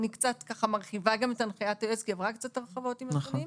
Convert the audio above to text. אני גם קצת מרחיבה את הנחיית היועץ כי היא עברה קצת הרחבות עם השנים,